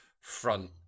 front